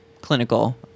clinical